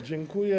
Dziękuję.